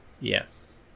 Yes